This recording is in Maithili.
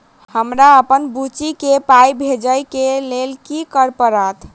हमरा अप्पन बुची केँ पाई भेजइ केँ लेल की करऽ पड़त?